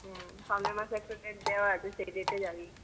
হুম সামনের মাসে একটা ডেট দেওয়া আছে সেই ডেটে যাবি